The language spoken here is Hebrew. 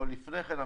או לפני כן,